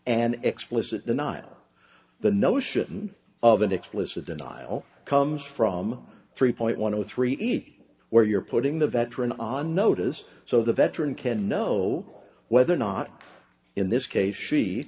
and explicit denial the notion of an explicit denial comes from three point one zero three eat where you're putting the veteran on notice so the veteran can know whether or not in this case she